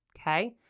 Okay